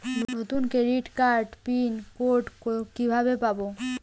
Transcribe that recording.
নতুন ক্রেডিট কার্ডের pin code কিভাবে পাব?